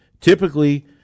Typically